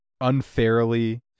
unfairly